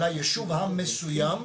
ליישוב המסוים.